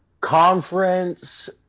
conference